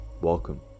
welcome